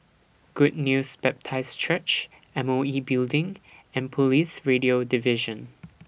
Good News Baptist Church M O E Building and Police Radio Division